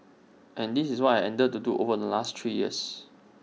and this is what I've endeavoured to do over the last three years